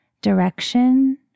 direction